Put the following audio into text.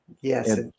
Yes